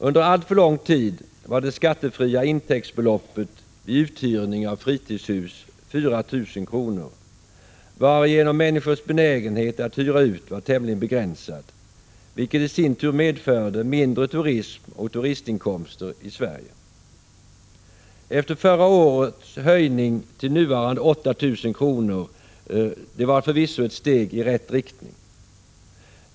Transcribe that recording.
Under alltför lång tid var det skattefria intäktsbeloppet vid uthyrning av fritidshus 4 000 kr., varigenom människors benägenhet att hyra ut var tämligen begränsad, vilket i sin tur medförde mindre turism och turistinkomster i Sverige. Förra året höjdes beloppet till nuvarande 8 000 kr., och det var förvisso ett steg i rätt riktning.